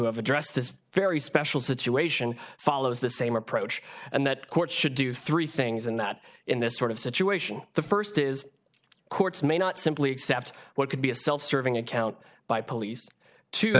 addressed this very special situation follows the same approach and that court should do three things and that in this sort of situation the first is courts may not simply accept what could be a self serving account by police to